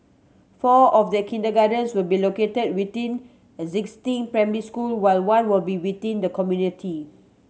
four of the kindergartens will be located within existing primary school while one will be within the community